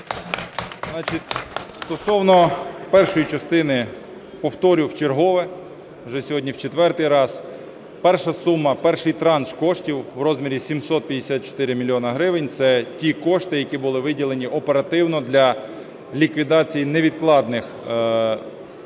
стосовно першої частини. Повторю вчергове, вже сьогодні в четвертий раз, перша сума, перший транш коштів в розмірі 754 мільйони гривень – це ті кошти, які були виділені оперативно для ліквідації невідкладних